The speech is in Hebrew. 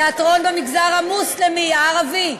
תיאטרון במגזר המוסלמי הערבי,